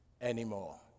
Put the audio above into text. anymore